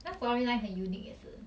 他 storyline 很 unique 也是